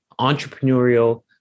entrepreneurial